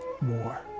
more